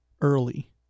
early